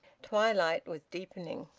twilight was deepening.